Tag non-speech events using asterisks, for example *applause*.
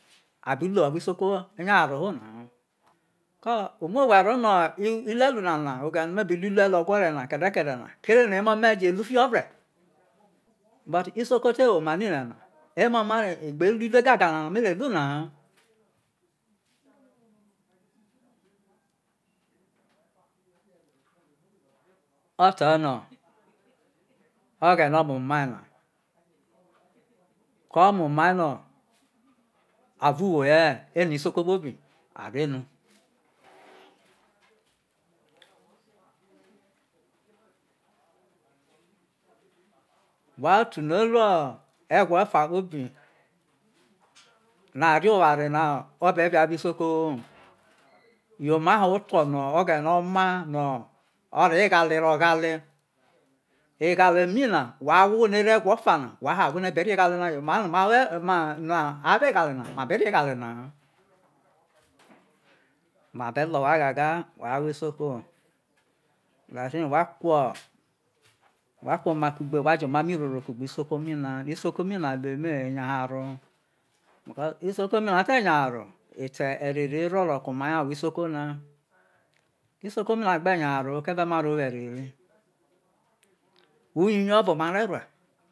*unintelligible* abe ruo̠ o̠ro̠ isoko nya naro no̠ ho̠ ko̠ omu owhe̠ e̠ro ino̠ oghe̠re̠ no̠ me bi ruo irueru ogwere̠ na ke̠ de̠ ke̠de̠ na ene̠ emo̠ me̠ je ru fiho vre̠ but isoko te woma nine emo̠ mai a gbe ruo iruo gaga no̠ ma re e lu na ha *hesitation* o̠tenn o̠ oghene o̠mo mai na ko̠ o̠mo mai no o̠vo uwo ye e lu ene̠ iso ko kpobi ore no *hesitation* whai otu no̠ o̠ ro̠ e̠gwo o̠fa kpobi no̠ orie oware no obe via evao isoko no yo mai ho̠ oto̠ o̠ghe̠ne̠ oma no̠ ore ho̠ eghale ghale, eghale mi na wa awho no̠ ero̠ e̠gwo o̠fana whai yo̠ awho no̠ abe re eghale na yo mai no ma wo eghale na ma be re eghale naha. Ma be le̠ owhai gaga ino wha kuo ma kugbe wha je̠ omamo̠ iroro kugbe isoko mi na re isoko mi na lu eme nya haro, isoko mi na te nya haro ete̠ erere ro̠ ro̠ ke̠ omai awho isoko mina. Isoko mi na gbe nyaharo ho e̠ve̠ maro wo erere uyuuyu e ovo ma re rue.